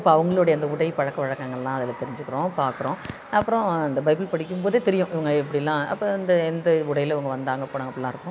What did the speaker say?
அப்போ அவங்களுடைய அந்த உடை பழக்கவழக்கங்கள் எல்லாம் அதில் தெரிஞ்சுக்கிறோம் பார்க்குறோம் அப்புறம் அந்த பைபிள் படிக்கும் போதே தெரியும் இவங்க எப்படிலாம் அப்போ இந்த எந்த உடையில் இவங்க வந்தாங்க போனாங்க அப்படிலாம் இருக்கும்